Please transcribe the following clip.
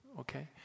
Okay